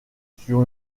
sur